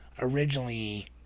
originally